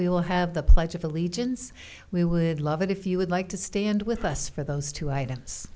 we'll have the pledge of allegiance we would love it if you would like to stand with us for those two items